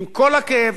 ועם כל הצער,